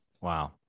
Wow